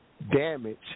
damage